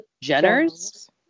Jenner's